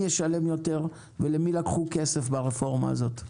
ישלם יותר ולמי לקחו כסף ברפורמה הזאת.